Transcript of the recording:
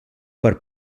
per